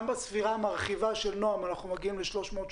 גם בספירה המרחיבה של נועם אנחנו מגיעים ל-330.